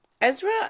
Ezra